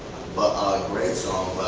but a great song,